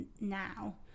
now